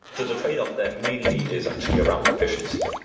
the the tradeoff there mainly is actually around efficiency.